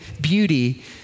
beauty